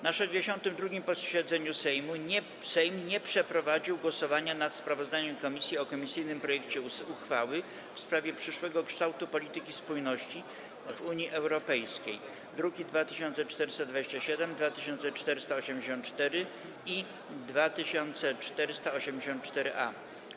Na 62. posiedzeniu Sejmu Sejm nie przeprowadził głosowań nad sprawozdaniem komisji o komisyjnym projekcie uchwały w sprawie przyszłego kształtu polityki spójności w Unii Europejskiej, druki nr 2427, 2484 i 2484-A.